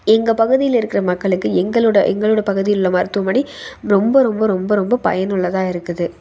எங்கள் பகுதியில் இருக்கிற மக்களுக்கு எங்களோடய எங்களோடய பகுதியிலுள்ள மருத்துவமனை ரொம்ப ரொம்ப ரொம்ப ரொம்ப பயனுள்ளதாக இருக்குது